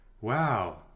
wow